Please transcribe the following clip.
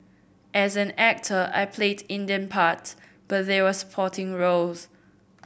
as an actor I played Indian parts but they were supporting roles